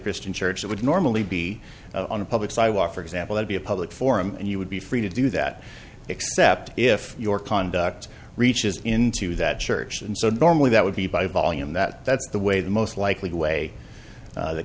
christian church that would normally be on a public sidewalk for example would be a public forum and you would be free to do that except if your conduct reaches into that church and so normally that would be by volume that that's the way the most likely way